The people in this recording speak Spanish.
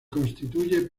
constituye